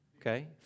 okay